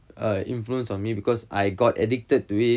err influence on me because I got addicted to it